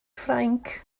ffrainc